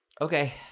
Okay